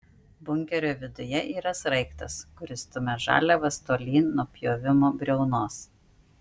bunkerio viduje yra sraigtas kuris stumia žaliavas tolyn nuo pjovimo briaunos